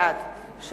בעד הנה,